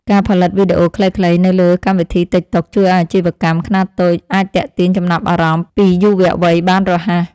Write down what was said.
ការផលិតវីដេអូខ្លីៗនៅលើកម្មវិធីទិកតុកជួយឱ្យអាជីវកម្មខ្នាតតូចអាចទាក់ទាញចំណាប់អារម្មណ៍ពីយុវវ័យបានរហ័ស។